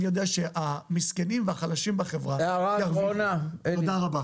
אני יודע שהמסכנים והחלשים בחברה ירוויחו תודה.